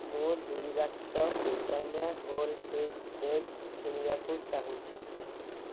ମୁଁ ଦୁଇ ବାକ୍ସ ବ୍ରିଟାନିଆ ହୋଲ୍ ହ୍ୱିଟ୍ ବ୍ରେଡ଼୍ କିଣିବାକୁ ଚାହୁଁଛି